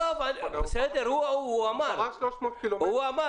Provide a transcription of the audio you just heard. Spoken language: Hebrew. בסדר, הוא אמר